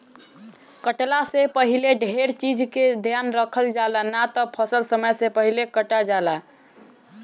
कटला से पहिले ढेर चीज के ध्यान रखल जाला, ना त फसल समय से पहिले कटा जाला